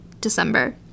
december